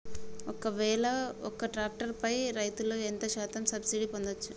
ఒక్కవేల ఒక్క ట్రాక్టర్ పై రైతులు ఎంత శాతం సబ్సిడీ పొందచ్చు?